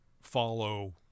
follow